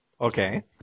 Okay